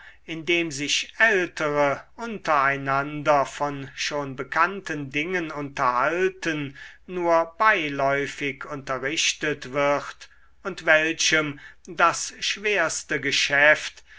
indem sich ältere unter einander von schon bekannten dingen unterhalten nur beiläufig unterrichtet wird und welchem das schwerste geschäft